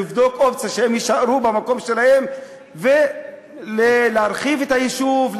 לבדוק אופציה שהם יישארו במקום שלהם ולהרחיב את היישוב,